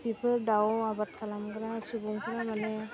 बेफोर दाउ आबाद खालामग्रा सुबुंफ्रा माने